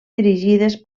dirigides